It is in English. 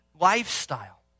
lifestyle